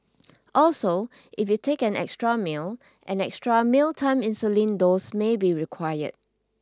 also if you take an extra meal an extra mealtime insulin dose may be required